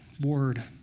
word